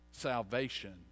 salvation